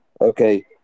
Okay